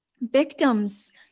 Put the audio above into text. victims